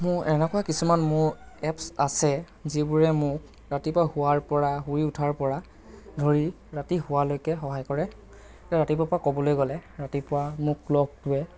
মোৰ এনেকুৱা কিছুমান মোৰ এপচ আছে যিবোৰে মোক ৰাতিপুৱা হোৱাৰ পৰা শুই উঠাৰ পৰা ধৰি ৰাতি শুৱালৈকে সহায় কৰে ৰাতিপুৱাৰ পৰা ক'বলৈ গ'লে ৰাতিপুৱা মোৰ ক্ল'কটোৱে